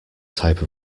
type